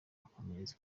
akomereza